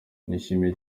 nishimiye